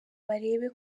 barebe